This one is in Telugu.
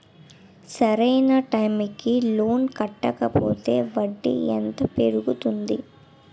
సరి అయినా టైం కి లోన్ కట్టకపోతే వడ్డీ ఎంత పెరుగుతుంది?